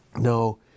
No